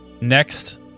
next